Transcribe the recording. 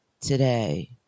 today